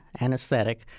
anesthetic